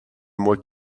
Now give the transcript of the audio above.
moi